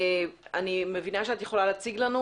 אני מבינה שאת יכולה להציג לנו